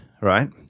right